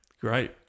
Great